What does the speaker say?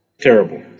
terrible